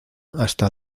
hasta